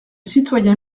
citoyen